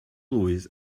blwydd